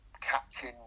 captain